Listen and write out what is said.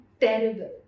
terrible